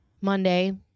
Monday